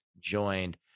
joined